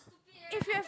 if you have